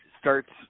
starts